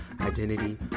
identity